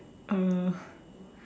uh